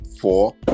four